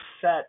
set